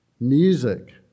music